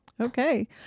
Okay